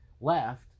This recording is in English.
left